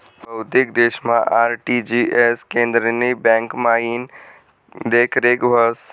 बहुतेक देशमा आर.टी.जी.एस केंद्रनी ब्यांकमाईन देखरेख व्हस